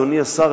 אדוני השר,